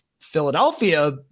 Philadelphia